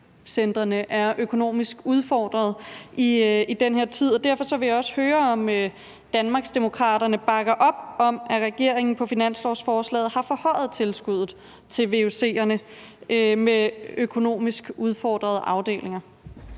er økonomisk udfordret i den her tid, og derfor vil jeg også høre, om Danmarksdemokraterne bakker op om, at regeringen på finanslovsforslaget har forhøjet tilskuddet til vuc'erne med økonomisk udfordrede afdelinger.